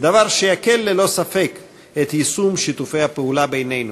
דבר שיקל ללא ספק את יישום שיתופי הפעולה בינינו.